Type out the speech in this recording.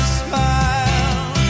smile